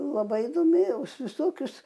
labai domėjaus visokius